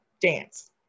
dance